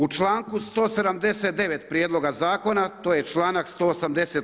U članku 179. prijedloga zakona to je članak 180.